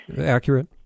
accurate